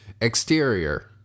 Exterior